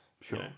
Sure